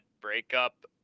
Breakup